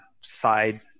side